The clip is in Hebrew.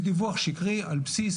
על בסיס